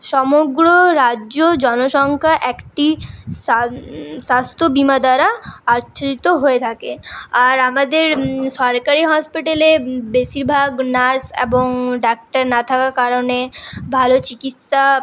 সমগ্র রাজ্য জনসংখ্যা একটি সা স্বাস্থ্য বিমা দ্বারা আচ্ছাদিত হয়ে থাকে আর আমাদের সরকারি হসপিটালে বেশিরভাগ নার্স এবং ডাক্তার না থাকার কারণে ভালো চিকিৎসা